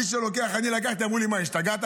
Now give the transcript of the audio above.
מי שלוקח, אני לקחתי, אמרו לי, השתגעת?